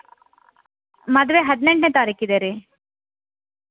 ಈಗ ಆ ರೋಜ್ ಅಂದ್ರೆ ಚಟ್ಟಿ ಗುಲಾಬಿ ಅಂತ ಬರುತ್ತೆ ಅಲ್ಲರೀ ಒಂದು ಒಂದು ಹತ್ತು ರೂಪಾಯ್ಗೆ ಒಂದು ಒಂದು ಪಾಕೆಟ್ ಅವು